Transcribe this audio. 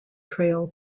trail